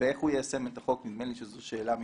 ואיך הוא יישם את החוק, נדמה לי שזו שאלה מיותרת.